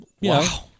Wow